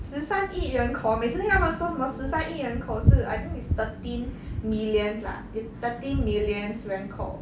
十三亿人口我每次听他们说什么十三亿人口是 I think it's thirteen millions lah it's thirteen millions 人口